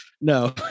No